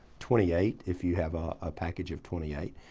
twenty eight if you have a package of twenty eight,